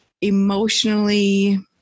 emotionally